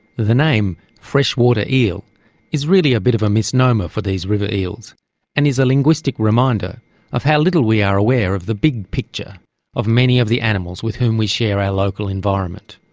the name freshwater eel is really a bit of a misnomer for these river eels and is a linguistic reminder of how little we are aware of the big picture of many of the animals with whom we share our local environment.